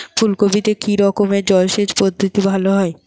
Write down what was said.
ফুলকপিতে কি রকমের জলসেচ পদ্ধতি ভালো হয়?